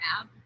app